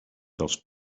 dels